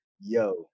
Yo